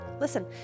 Listen